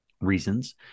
reasons